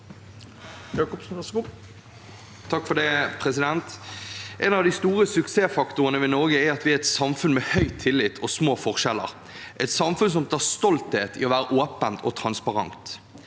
Jakobsen (A) En av de store suksessfaktorene ved Norge er at vi er et samfunn med høy tillit og små forskjeller, et samfunn som er stolt av å være åpent og transparent.